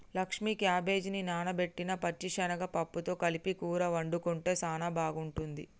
లక్ష్మీ క్యాబేజిని నానబెట్టిన పచ్చిశనగ పప్పుతో కలిపి కూర వండుకుంటే సానా బాగుంటుంది